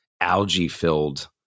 algae-filled